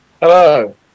Hello